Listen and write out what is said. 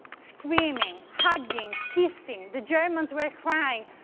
screaming, hugging, kissing. the germans were crying.